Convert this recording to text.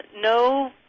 no